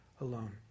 alone